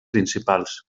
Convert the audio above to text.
principals